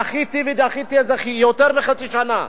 דחיתי ודחיתי את זה יותר מחצי שנה.